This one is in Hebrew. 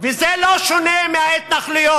וזה לא שונה מההתנחלויות,